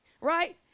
right